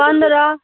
पनरह